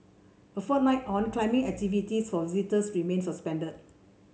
a fortnight on climbing activities for visitors remain suspended